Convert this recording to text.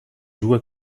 joue